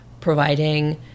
providing